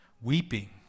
weeping